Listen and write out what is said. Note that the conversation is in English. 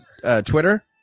Twitter